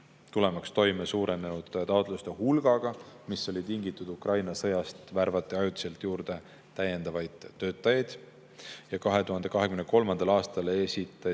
Tulemaks toime suurenenud taotluste hulgaga, mis on tingitud Ukraina sõjast, värvati ajutiselt juurde täiendavaid töötajaid. 2023. aastal esitati